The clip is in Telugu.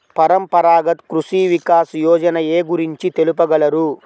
పరంపరాగత్ కృషి వికాస్ యోజన ఏ గురించి తెలుపగలరు?